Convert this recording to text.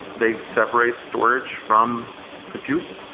they separate storage from computes,